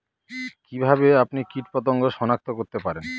কিভাবে আপনি কীটপতঙ্গ সনাক্ত করতে পারেন?